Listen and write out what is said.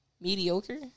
Mediocre